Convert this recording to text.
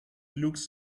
looks